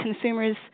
consumers